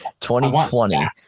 2020